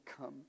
come